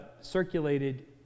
circulated